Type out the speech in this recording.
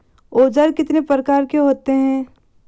औज़ार कितने प्रकार के होते हैं?